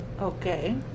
okay